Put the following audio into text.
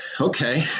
okay